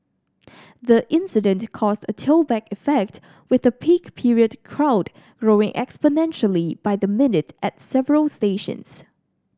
the incident caused a tailback effect with the peak period crowd growing exponentially by the minute at several stations